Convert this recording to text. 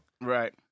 Right